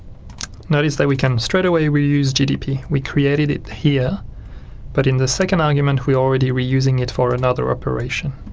notice that we can straight away reuse gdp we created it here but in the second argument we are already reusing it for another operation.